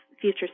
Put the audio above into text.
future